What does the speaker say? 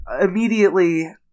immediately